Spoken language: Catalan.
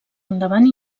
endavant